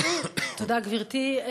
תודה, גברתי.